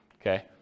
Okay